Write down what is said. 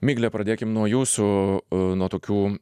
migle pradėkim nuo jūsų nuo tokių